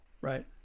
Right